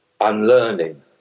unlearning